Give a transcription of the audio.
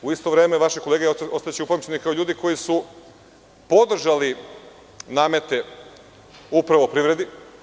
U isto vreme, vaše kolege ostaće upamćene kao ljudi koji su podržali namete upravo privredi.